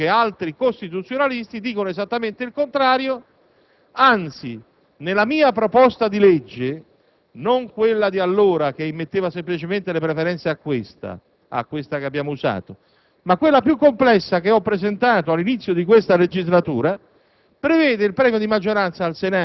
Eppure oggi sappiamo tutti che altri costituzionalisti sostengono esattamente il contrario, anzi nella mia proposta di legge - non quella di allora che immetteva semplicemente le preferenze alla legge vigente, ma quella più complessa che ho presentato all'inizio della legislatura